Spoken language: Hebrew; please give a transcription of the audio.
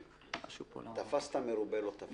חזן והחברים: תפסת מרובה לא תפסת.